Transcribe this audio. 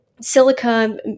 Silica